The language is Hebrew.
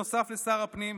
נוסף על שר הפנים,